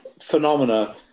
phenomena